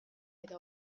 eta